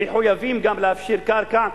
להפשיר קרקע,